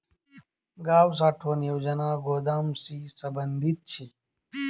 गाव साठवण योजना गोदामशी संबंधित शे